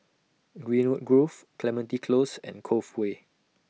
Greenwood Grove Clementi Close and Cove Way